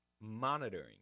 monitoring